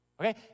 Okay